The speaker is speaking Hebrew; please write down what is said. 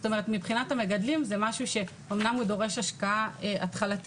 זאת אומרת מבחינת המגדלים זה משהו שאמנם הוא דורש השקעה התחלתית,